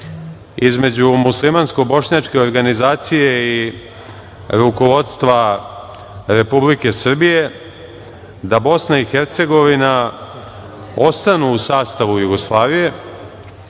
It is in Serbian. između muslimansko-bošnjačke organizacije i rukovodstva Republike Srbije da Bosna i Hercegovina ostanu u sastavu Jugoslavije.